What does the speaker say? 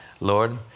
Lord